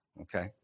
okay